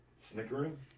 Snickering